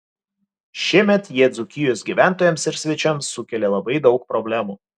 šiemet jie dzūkijos gyventojams ir svečiams sukėlė labai daug problemų